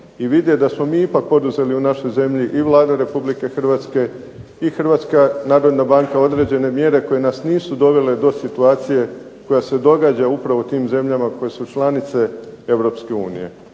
i vidjeti da smo mi ipak poduzeli u našoj zemlji i Vlada Republike Hrvatske i Hrvatska narodna banka određene mjere koje nas nisu dovele do situacije koja se događa upravo u tim zemljama koje su članice Europske unije.